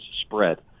spread